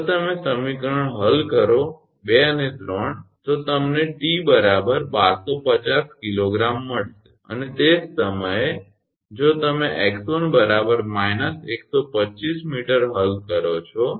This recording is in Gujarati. જો તમે સમીકરણ હલ કરો 2 અને 3 તો તમને 𝑇 1250 𝐾𝑔 મળશે અને તે જ સમયે જો તમે 𝑥1 − 125 𝑚 હલ કરો છો